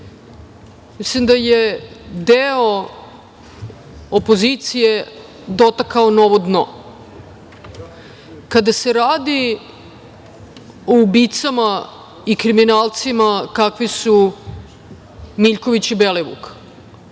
Mislim da je deo opozicije dotakao novo dno. Kada se radi o ubicama i kriminalcima kakvi su Miljković i Belivuk,